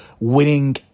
winning